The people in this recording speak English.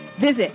Visit